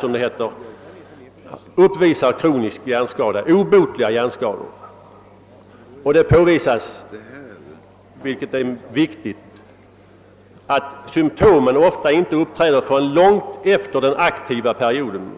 som det heter, »knockade» uppvisat obotliga hjärnskador. Det påvisas vidare, och det är viktigt, att symtomen ofta inte uppträder förrän långt efter den aktiva perioden.